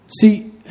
See